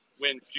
Win